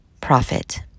profit